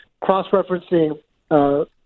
cross-referencing